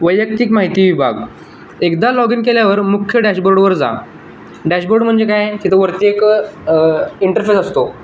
वैयक्तिक माहिती विभाग एकदा लॉग इन केल्यावर मुख्य डॅशबोर्डवर जा डॅशबोर्ड म्हणजे काय तिथं वरती एक इंटरफेस असतो